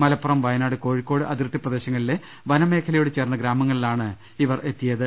Malappuram Wayanad Kozhikode അതിർത്തി പ്രദേശങ്ങളിലെ വനമേഖലയോട് ചേർന്ന് ഗ്രാമങ്ങളിലാണ് ഇവർ എത്തിയത്